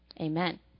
Amen